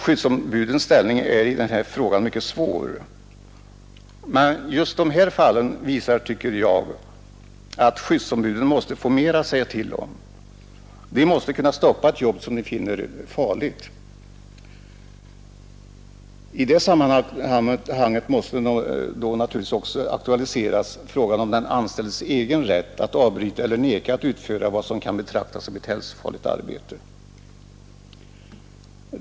Skyddsombudens ställning är mycket svår i denna fråga. Men dessa fall visar, tycker jag, att skyddsombuden måste få mera att säga till om. De måste kunna stoppa ett jobb som de finner farligt. I det sammanhanget måste också aktualiseras frågan om den anställdes egen rätt att avbryta eller vägra att utföra vad som kan betraktas som ett hälsofarligt arbete.